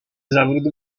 zawrót